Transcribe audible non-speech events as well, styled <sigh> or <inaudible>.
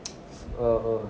<noise> oh oh